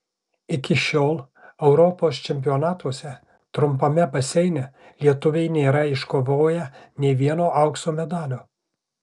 iki šiol europos čempionatuose trumpame baseine lietuviai nėra iškovoję nė vieno aukso medalio